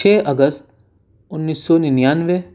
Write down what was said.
چھ اگست انّیس سو ننانوے